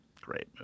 Great